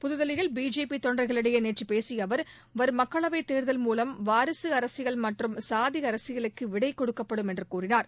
புதுதில்லியில் பிஜேபி தொண்டர்களிடையே நேற்று பேசிய அவர் வரும் மக்களவைத்தேர்தல் மூலம் வாரிக அரசியல் மற்றும் சாதி அரசியலுக்கு விடை கொடுக்கப்படும் என்று கூறினார்